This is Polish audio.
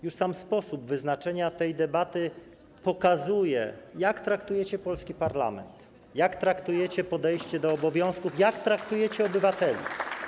Już sam sposób wyznaczenia tej debaty pokazuje, jak traktujecie polski parlament, jak traktujecie podejście do obowiązków, jak traktujecie obywateli.